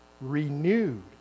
renewed